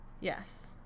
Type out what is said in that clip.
Yes